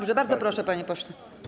Bardzo proszę, panie pośle.